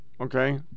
Okay